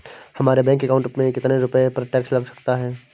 हमारे bank account में कितने रुपये पर टैक्स लग सकता है?